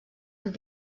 amb